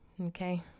Okay